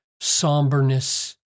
somberness